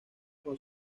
con